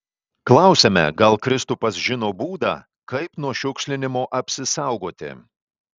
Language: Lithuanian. klausiame gal kristupas žino būdą kaip nuo šiukšlinimo apsisaugoti